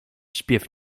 śpiew